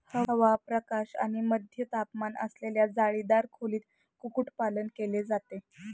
हवा, प्रकाश आणि मध्यम तापमान असलेल्या जाळीदार खोलीत कुक्कुटपालन केले जाते